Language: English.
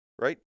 Right